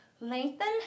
Lengthen